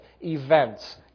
events